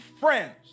friends